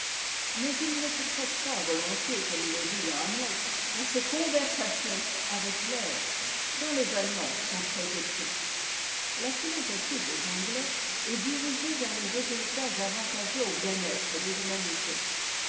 mais ils ne se prêtent pas volontiers comme il est dit dans hamlet à ces cok er ations m ec l'air dont les allemands sont trèsépris la philosophie des anglais est dirigée vers les résultats avantageux au bien être de l'humanité